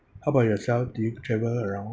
how about yourself do you travel around